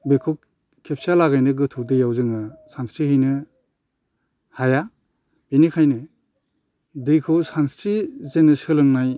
बेखौ खेबसेहालागैनो गोथौ दैयाव जोङो सानस्रि हैनो हाया बेनिखायनो दैखौ सानस्रि जेननो सोलोंनाय